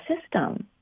system